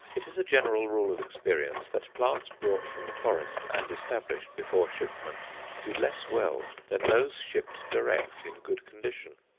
it is a general rule of experience that plants brought from the forest and established before shipment do less well than those shipped direct in good condition,